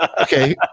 okay